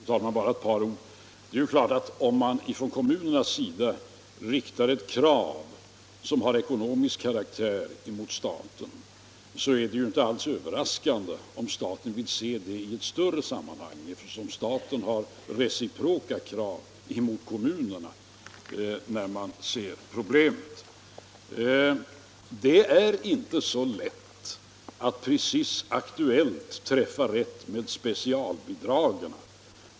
Fru talman! Bara ett par ord. Om kommunerna riktar ett krav som har ekonomisk karaktär mot staten, så är det ju inte alls överraskande om staten vill se det i ett större sammanhang, eftersom staten har reciproka krav mot kommu | nerna. Det är inte så lätt att träffa precis rätt med specialbidragen.